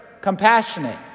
compassionate